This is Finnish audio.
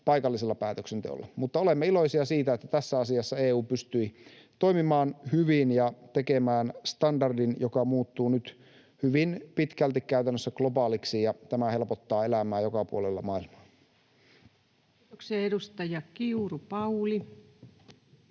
paikallisella päätöksenteolla. Olemme iloisia siitä, että tässä asiassa EU pystyi toimimaan hyvin ja tekemään standardin, joka muuttuu nyt hyvin pitkälti käytännössä globaaliksi. Tämä helpottaa elämää joka puolella maailmaa. [Speech 173] Speaker: